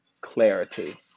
clarity